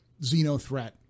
Xenothreat